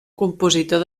compositor